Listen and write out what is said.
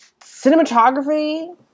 cinematography